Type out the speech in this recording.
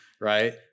right